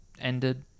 ended